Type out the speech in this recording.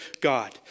God